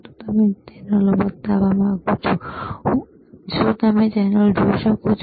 તો હું તમને ચેનલો બતાવવા માંગુ છું શું તમે ચેનલ જોઈ શકો છો